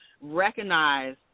recognize